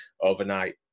overnight